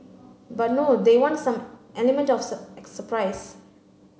but no they want some element of surprise